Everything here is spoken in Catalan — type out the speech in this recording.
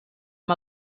amb